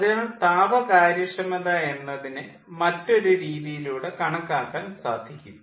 അതിനാൽ താപ കാര്യക്ഷമത എന്നതിനെ മറ്റൊരു രീതിയിലൂടെ കണക്കാക്കാൻ സാധിക്കും